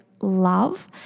Love